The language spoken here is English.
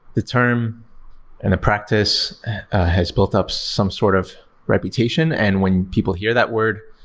the term and the practice has built up some sort of reputation, and when people hear that word,